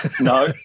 No